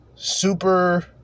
Super